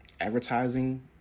advertising